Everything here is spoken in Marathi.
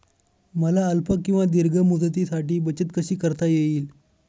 मला अल्प किंवा दीर्घ मुदतीसाठी बचत कशी करता येईल?